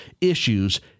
issues